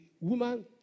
woman